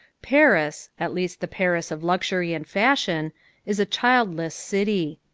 paris at least the paris of luxury and fashion is a childless city.